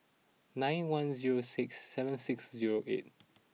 nine one zero six seven six zero eight